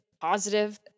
positive